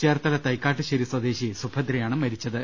ചേർത്തല തൈക്കാട്ടുശ്ശേരി സ്വദേശി സുഭദ്രയാണ് മരിച്ചത്